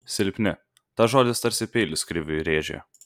silpni tas žodis tarsi peilis kriviui rėžė